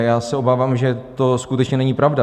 Já se obávám, že to skutečně není pravda.